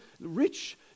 rich